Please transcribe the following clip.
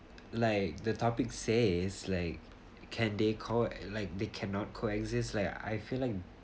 like the topic says like can they co~ like they cannot coexist like I feel like